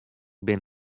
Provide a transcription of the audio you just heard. bin